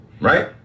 right